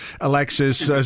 Alexis